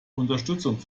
unterstützung